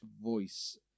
voice